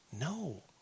No